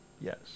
Yes